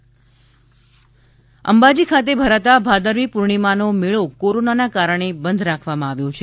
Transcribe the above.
અંબાજી મંદિર અંબાજી ખાતે ભરાતા ભાદરવી પૂર્ણિમાનો મેળો કોરોનાને કારણે બંધ રાખવામાં આવ્યો છે